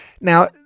Now